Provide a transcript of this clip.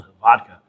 vodka